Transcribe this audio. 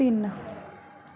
ਤਿੰਨ